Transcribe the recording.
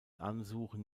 ansuchen